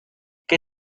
que